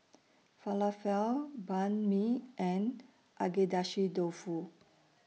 Falafel Banh MI and Agedashi Dofu